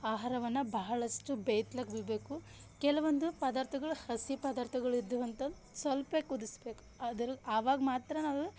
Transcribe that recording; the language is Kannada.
ಆಹಾರವನ್ನು ಬಹಳಷ್ಟು ಬೇಯ್ತ್ಲಗ್ ಬಿಡಬೇಕು ಕೆಲವೊಂದು ಪದಾರ್ಥಗಳು ಹಸಿ ಪದಾರ್ಥಗಳು ಇದ್ವಂತಂತ ಸ್ವಲ್ಪೇ ಕುದಿಸ್ಬೇಕು ಆದರೂ ಆವಾಗ ಮಾತ್ರ ನಾವು